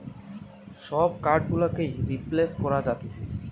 সব কার্ড গুলোকেই রিপ্লেস করা যাতিছে